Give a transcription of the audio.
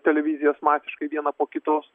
televizijas masiškai vieną po kitos